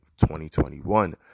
2021